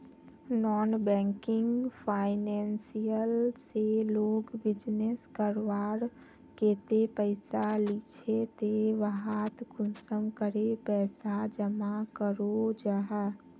Non banking financial से लोग business करवार केते पैसा लिझे ते वहात कुंसम करे पैसा जमा करो जाहा?